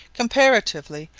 comparatively,